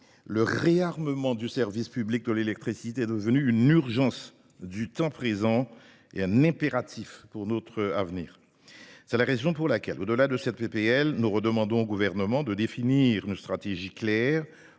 le réarmement du service public de l’électricité est devenu une urgence du temps présent et un impératif pour notre avenir. C’est la raison pour laquelle, au delà de cette proposition de loi, nous demandons de nouveau au Gouvernement de définir une stratégie claire